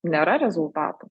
nėra rezultatų